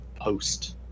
post